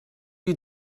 you